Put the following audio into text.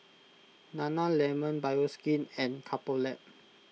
Nana Lemon Bioskin and Couple Lab